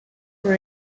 were